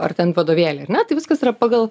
ar ten vadovėly ar ne tai viskas yra pagal